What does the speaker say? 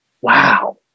wow